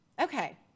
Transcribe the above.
Okay